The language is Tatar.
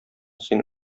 син